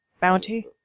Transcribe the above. Bounty